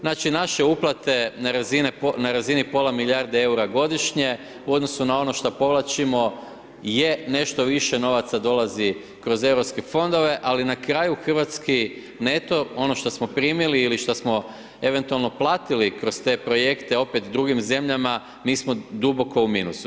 Znači, naše uplate na razini pola milijarde eura godišnje, u odnosu na ono što povlačimo, je, nešto više novaca dolazi kroz EU fondove, ali na kraju hrvatski neto, ono što smo primili ili šta smo eventualno platili kroz te projekte opet drugim zemljama, mi smo duboko u minusu.